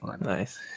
Nice